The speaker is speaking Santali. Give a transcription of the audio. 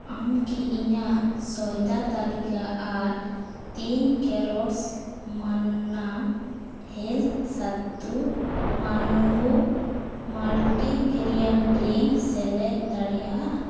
ᱟᱢ ᱠᱤ ᱤᱧᱟᱹᱜ ᱥᱚᱭᱫᱟ ᱛᱟᱞᱤᱠᱟ ᱟᱨ ᱛᱤᱱ ᱠᱟᱨᱴᱩᱱᱥ ᱢᱟᱱᱱᱟ ᱦᱮᱞᱛᱷ ᱥᱟᱛᱩ ᱢᱟᱱᱵᱩ ᱢᱟᱞᱴᱤᱜᱨᱮᱭᱤᱱ ᱰᱨᱤᱝᱠ ᱥᱮᱞᱮᱫ ᱫᱟᱲᱮᱭᱟᱜᱼᱟ